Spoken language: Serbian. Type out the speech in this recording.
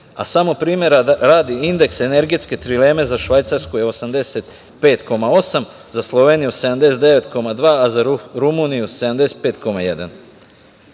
a samo primera radi indeks energetske trileme za Švajcarsku je 85,8%, za Sloveniju 79,2% a za Rumuniju